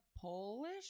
Polish